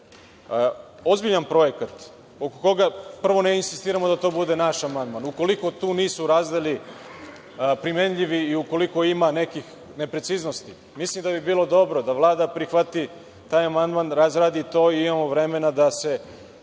ozbiljan projekat, prvo, ne insistiramo da to bude naš amandman, ukoliko tu razdeli nisu primenljivi i ukoliko ima nekih nepreciznosti, mislim, da bi bilo dobro da Vlada prihvati taj amandman i razradi to, imamo vremena da se